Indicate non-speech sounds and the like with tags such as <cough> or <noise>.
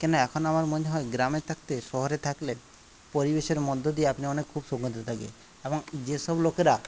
কেন এখন আমার মনে হয় গ্রামে থাকতে শহরে থাকলে পরিবেশের মধ্য দিয়ে আপনি অনেক <unintelligible> থাকে এবং যে সব লোকেরা